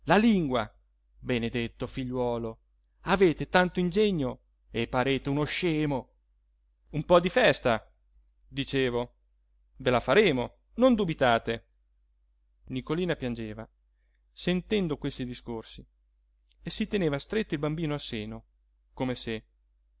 e parete uno scemo un po di festa dicevo ve la faremo non dubitate nicolina piangeva sentendo questi discorsi e si teneva stretto il bambino al seno come se